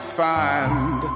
find